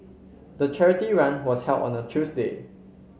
the charity run was held on a Tuesday